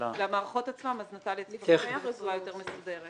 למערכות עצמן, נטליה תציג אותן בצורה יותר מסודרת.